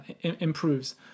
improves